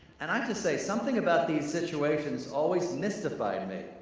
and i just say, something about these situations always mystified me.